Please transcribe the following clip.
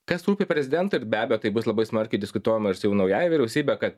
kas rūpi prezidentui ir be abejo tai bus labai smarkiai diskutuojama ir su naująja vyriausybe kad